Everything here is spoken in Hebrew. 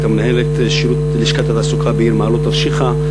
היא הייתה מנהלת לשכת התעסוקה בעיר מעלות-תרשיחא,